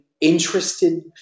interested